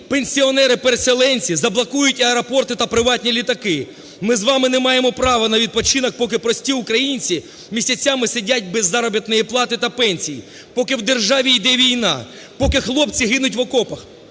пенсіонери-переселенці заблокують аеропорти та приватні літаки. Ми з вами не маємо право на відпочинок поки прості українці місяцями сидять без заробітної плати та пенсій, поки в державі йде війна, поки хлопці гинуть в окопах,